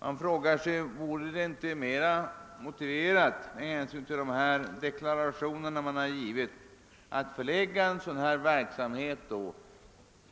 Man frågar sig om det med hänsyn till de deklarationer som avgivits inte vore mera motiverat att förlägga ifrågavarande verksamhet